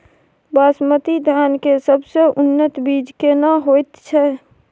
बासमती धान के सबसे उन्नत बीज केना होयत छै?